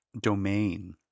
domain